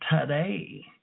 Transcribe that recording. today